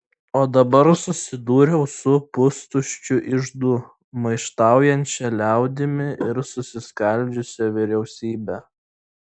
o dabar susidūriau su pustuščiu iždu maištaujančia liaudimi ir susiskaldžiusia vyriausybe